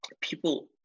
people